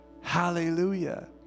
Hallelujah